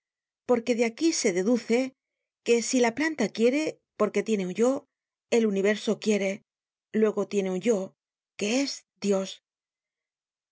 porque de aquí se deduce que si la planta quiere porque tiene un yo el universo quiere luego tiene un yo que es dios